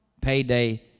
Payday